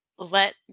Let